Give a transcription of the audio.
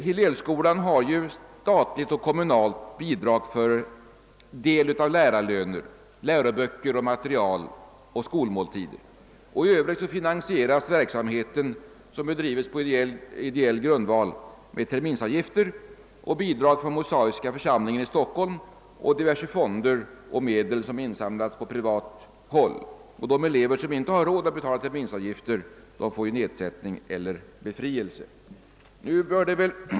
Hillelskolan har ju statligt och kommunalt bidrag för del av lärarlöner, läroböcker, material och skolmåltider, och i övrigt finansieras verksamheten, som bedrivs på ideell grund, med terminsavgifter och bidrag från Mosaiska församlingen i Stockholm och diverse fonder samt medel som insamlats på privat håll. De elever som inte har råd att betala terminsavgifter får nedsättning eller befrielse.